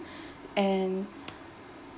and